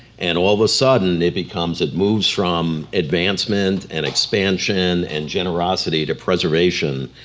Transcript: and all of a sudden they become, so it moves from advancement and expansion and generosity to preservation.